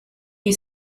you